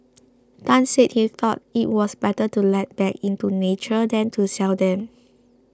Tan said he thought it was better to let back into nature than to sell them